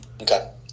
Okay